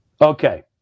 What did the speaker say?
Okay